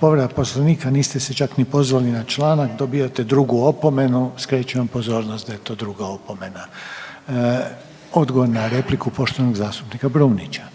povreda Poslovnika, niste se čak ni pozvali na članak. Dobivate 2. opomena, skrećem pozornost da je to druga opomena. Odgovor na repliku poštovanog zastupnika Brumnića.